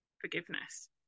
forgiveness